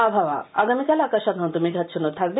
আবহাওয়া আগামীকাল আকাশ সাধারণত মেঘাচ্ছল্ল থাকবে